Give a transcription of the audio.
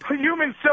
human